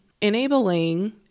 Enabling